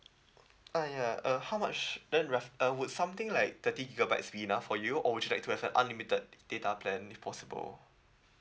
ah ya uh how much then rough uh would something like thirty gigabytes be enough for you or would you like to have a unlimited data plan if possible